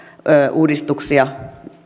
uudistuksia